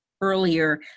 earlier